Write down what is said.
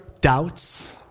doubts